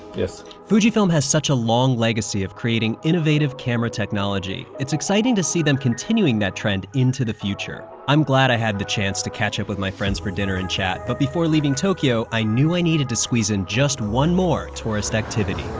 fujifilm has such a long legacy of creating innovative camera technology. it's exciting to see them continuing that trend into the future. i'm glad i had the chance to catch up with my friends for dinner and chat, but before leaving tokyo, i knew i needed to squeeze in just one more tourist activity.